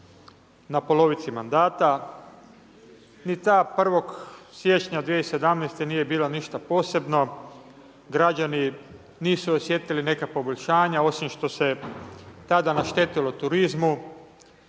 na polovici mandata. Ni ta 1. siječnja 2017. nije bila ništa posebno, građani nisu osjetili neka poboljšanja, osim što se tada naštetilo turizmu,